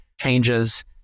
changes